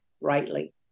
rightly